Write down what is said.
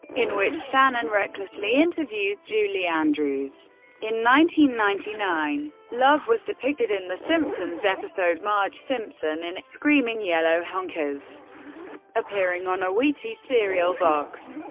in which shannon recklessly interviews julie andrews ninety ninety nine, love was depicted in the simpsons episode marge simpson in screaming yellow honkers appearing on a wheaties cereal box.